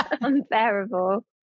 Unbearable